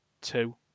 two